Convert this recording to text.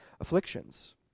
afflictions